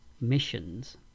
missions